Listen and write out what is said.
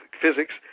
physics